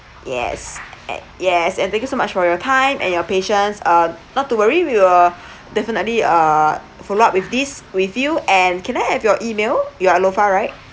yes an~ yes and thank you so much for your time and your patience uh not to worry we will definitely uh follow up with this with you and can I have your email you're alofa right